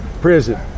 prison